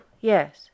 yes